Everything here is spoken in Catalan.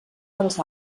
dels